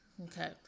Okay